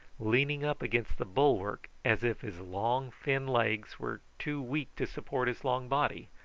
leaning up against the bulwark as if his long thin legs were too weak to support his long body,